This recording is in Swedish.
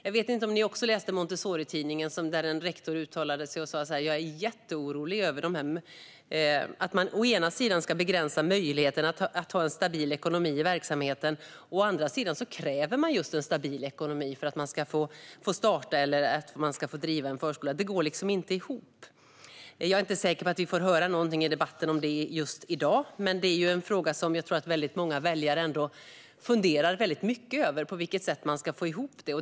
Jag vet inte om ni också läste den artikel i Montessoritidningen där en rektor sa: Jag är jätteorolig över att man å ena sidan ska begränsa möjligheten att ha stabil ekonomi i verksamheten och å andra sidan kräver just stabil ekonomi för att någon ska få starta eller driva förskola. Det går liksom inte ihop. Jag är inte säker på att vi får höra någonting om det i dagens debatt, men jag tror att många väljare funderar mycket över hur man ska få ihop detta.